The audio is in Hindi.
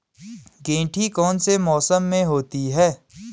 गेंठी कौन से मौसम में होती है?